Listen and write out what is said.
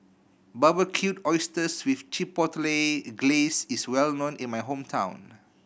Barbecued Oysters with Chipotle Glaze is well known in my hometown